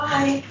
Bye